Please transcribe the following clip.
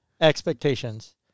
expectations